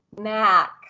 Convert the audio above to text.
Mac